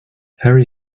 harry